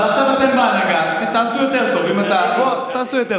אבל עכשיו אתם בהנהגה, אז תעשו יותר טוב.